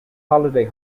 holiday